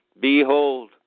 Behold